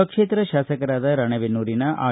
ಪಕ್ಷೇತರ ಶಾಸಕರಾದ ರಾಣೇಬೆನ್ನೂರಿನ ಆರ್